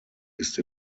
ist